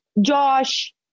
Josh